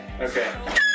Okay